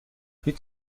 هیچ